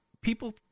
People